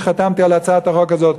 וחתמתי על הצעת החוק הזאת,